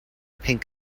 pink